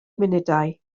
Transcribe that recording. munudau